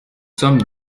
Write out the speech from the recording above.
sommes